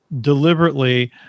deliberately